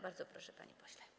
Bardzo proszę, panie pośle.